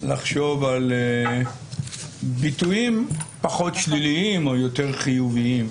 לחשוב על ביטויים פחות שליליים או יותר חיוביים.